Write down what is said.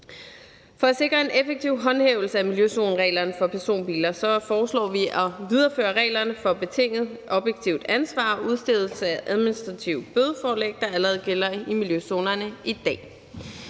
For at sikre en effektiv håndhævelse af miljøzonereglerne for personbiler foreslår vi at videreføre de regler for betinget objektivt ansvar og udstedelse af administrative bødeforelæg, der allerede gælder i miljøzonerne i dag.